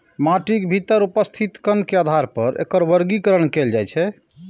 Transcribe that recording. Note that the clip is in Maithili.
माटिक भीतर उपस्थित कण के आधार पर एकर वर्गीकरण कैल जाइ छै